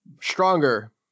stronger